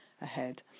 ahead